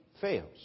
Fails